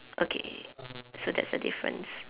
okay so that's the difference